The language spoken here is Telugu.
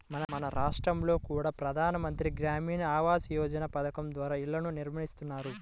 మన రాష్టంలో కూడా ప్రధాన మంత్రి గ్రామీణ ఆవాస్ యోజన పథకం ద్వారా ఇళ్ళను నిర్మిస్తున్నారు